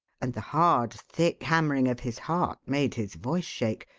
and the hard, thick hammering of his heart made his voice shake.